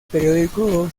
periódico